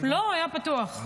לא, היה פתוח.